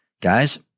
Guys